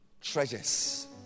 treasures